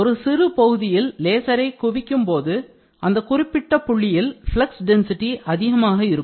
ஒரு சிறு பகுதியில் லேசரை குவிக்கும்போது அந்த குறிப்பிட்ட புள்ளியில் flux density அதிகமாக இருக்கும்